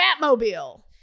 Batmobile